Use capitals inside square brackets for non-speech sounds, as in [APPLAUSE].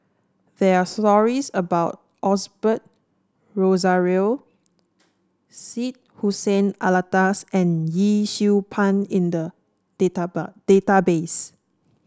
there are stories about Osbert Rozario Syed Hussein Alatas and Yee Siew Pun in the [UNINTELLIGIBLE] database